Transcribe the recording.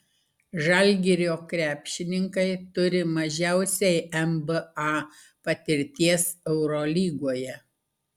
žalgirio krepšininkai turi mažiausiai nba patirties eurolygoje